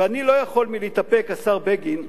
ואני לא יכול להתאפק, השר בגין.